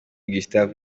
gustave